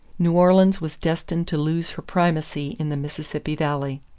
new orleans was destined to lose her primacy in the mississippi valley.